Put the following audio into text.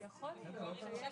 עוד כמה